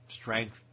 Strength